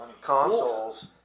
consoles